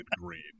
green